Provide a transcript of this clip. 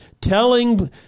telling